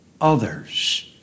others